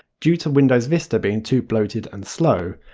due to windows vista being too bloated and slow.